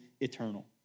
eternal